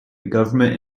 government